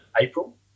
April